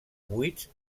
buits